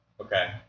Okay